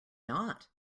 not